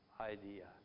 idea